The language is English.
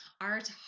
art